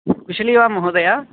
कुशलि वा महोदय